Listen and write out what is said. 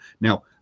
now